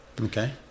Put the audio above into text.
okay